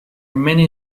many